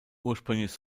ursprünglich